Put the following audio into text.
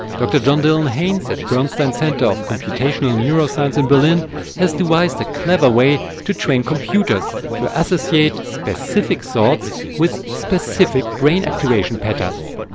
dr john-dylan haynes at bernstein centre of computational neuroscience in berlin has devised a clever way to train computers to associate specific thoughts with specific brain activation patterns.